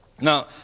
Now